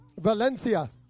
Valencia